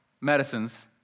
medicines